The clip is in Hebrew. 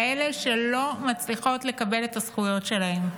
כאלה שלא מצליחות לקבל את הזכויות שלהן,